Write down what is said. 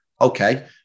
Okay